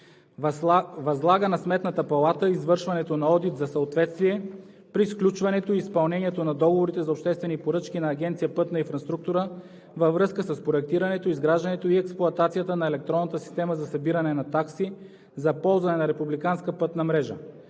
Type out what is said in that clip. Възлага на Сметната палата извършването на одит за съответствие при сключването и изпълнението на договорите за обществени поръчки на Агенция „Пътна инфраструктура“ във връзка с проектирането, изграждането и експлоатацията на електронна система за събиране на такси за ползване на републиканска пътна мрежа.